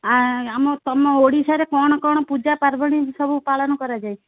ଆଁ ଆମ ତୁମ ଓଡ଼ିଶାରେ କ'ଣ କ'ଣ ପୂଜା ପାର୍ବଣୀ ସବୁ ପାଳନ କରାଯାଏ